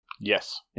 Yes